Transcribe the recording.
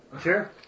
Sure